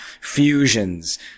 fusions